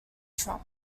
trump